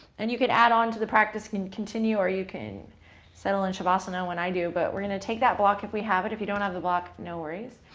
and you can add on to the practice and continue, or you can settle in shavasana, one i do. but we're going to take that block, if we have it. if you don't have the block, no worries.